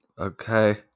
Okay